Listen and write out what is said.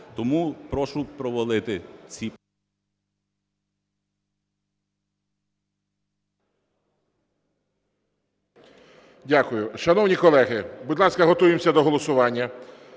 тому прошу провалити ці... ГОЛОВУЮЧИЙ. Дякую. Шановні колеги, будь ласка, готуємося до голосування.